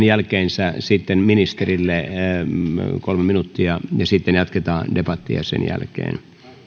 jälkeen sitten ministerille kolme minuuttia ja sitten jatketaan debattia sen jälkeen